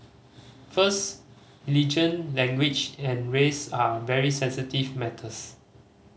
first religion language and race are very sensitive matters